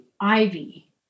Ivy